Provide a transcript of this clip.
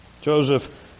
Joseph